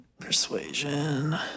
Persuasion